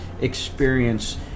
experience